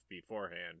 beforehand